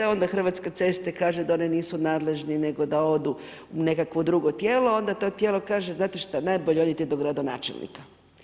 Onda Hrvatske ceste kažu da oni nisu nadležni nego da odu u nekakvo drugo tijelo, onda to tijelo kaže, znate što, najbolje odite do gradonačelnika.